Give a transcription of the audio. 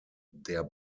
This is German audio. der